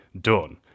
done